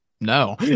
no